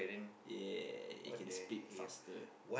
ya you can speak faster